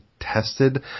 Tested